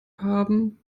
haben